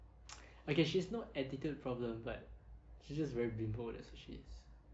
okay she's not attitude problem but she's just very bimbo to associates